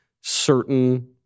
certain